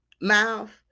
mouth